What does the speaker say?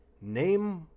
Name